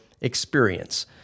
experience